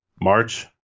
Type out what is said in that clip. March